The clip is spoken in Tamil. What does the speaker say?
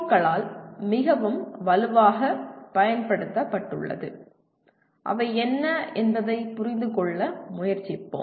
க்களால் மிகவும் வலுவாகப் பயன்படுத்தப்பட்டுள்ளது அவை என்ன என்பதைப் புரிந்துகொள்ள முயற்சிப்போம்